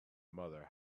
mother